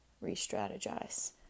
re-strategize